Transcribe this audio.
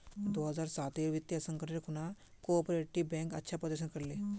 दो हज़ार साटेर वित्तीय संकटेर खुणा कोआपरेटिव बैंक अच्छा प्रदर्शन कर ले